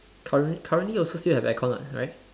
currently currently also still have aircon what right